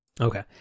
Okay